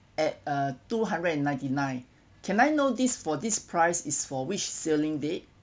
at uh two hundred and ninety-nine can I know this for this price is for which sailing date